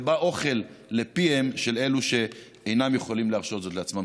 ובא אוכל לפיהם של אלו שאינם יכולים להרשות זאת לעצמם.